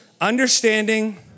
understanding